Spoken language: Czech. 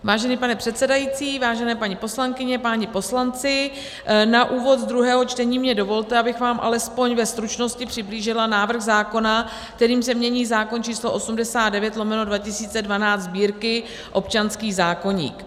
Vážený pane předsedající, vážené paní poslankyně, páni poslanci, na úvod druhého čtení mi dovolte, abych vám alespoň ve stručnosti přiblížila návrh zákona, kterým se mění zákon č. 89/2012 Sb., občanský zákoník.